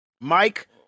Mike